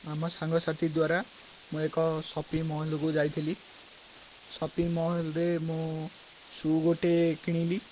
ଆମ ସାଙ୍ଗସାଥି ଦ୍ୱାରା ମୁଁ ଏକ ସପିଂ ମହଲକୁ ଯାଇଥିଲି ସପିଂ ମହଲ୍ରେ ମୁଁ ସୁ' ଗୋଟେ କିଣିଲି